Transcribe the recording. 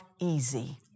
easy